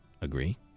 Agree